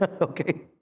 Okay